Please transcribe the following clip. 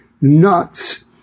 nuts